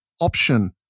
option